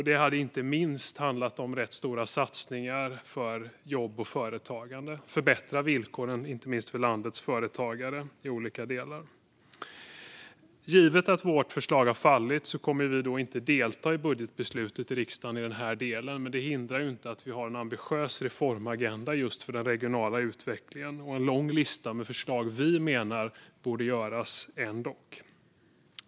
Det hade inte minst inneburit ganska stora satsningar på jobb och företagande och förbättrade villkor för landets företagare i olika delar. Givet att vårt förslag har fallit kommer vi inte att delta i budgetbeslutet i riksdagen i den här delen. Men det hindrar inte att vi har en ambitiös reformagenda för just den regionala utvecklingen och en lång lista med förslag på vad vi menar ändock borde göras.